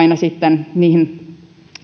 aina sitten niihin